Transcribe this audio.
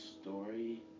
story